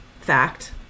fact